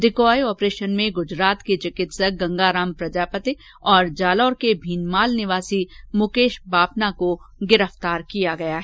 decoy operation में गुजरात के चिकित्सक गंगाराम प्रजापति और जालौर के भीनमाल निवासी मुकेश बापना को गिरफ्तार कर लिया गया है